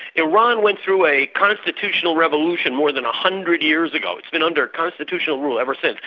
iran went through a constitutional revolution more than hundred years ago it's been under constitutional rule ever since.